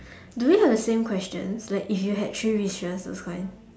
do we have the same questions like if you had three wishes those kind